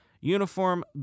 uniform